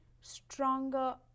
stronger